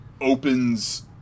opens